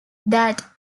that